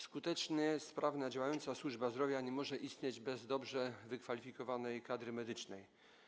Skuteczna i sprawnie działająca służba zdrowia nie może istnieć bez dobrze wykwalifikowanej kadry medycznej.